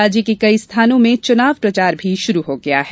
राज्य के कई स्थानों में चुनाव प्रचार भी शुरू हो गया है